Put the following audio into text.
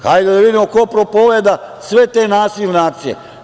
Hajde da vidimo ko propoveda sve te nasilne akcije.